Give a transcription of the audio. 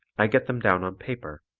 i get them down on paper.